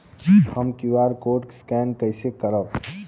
हम QR code scan कइसे करब?